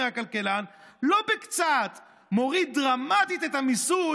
אומר הכלכלן, לא קצת, הוא מוריד דרמטית את המיסוי,